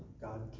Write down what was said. God